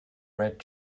red